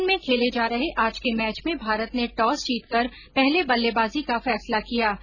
London में खेले जा रहे आज के मैच में भारत ने टॉस जीतकर पहले बल्लेबाजी का फैसला किया